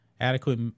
Adequate